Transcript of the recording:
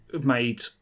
made